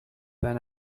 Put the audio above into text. when